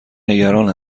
نگران